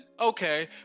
okay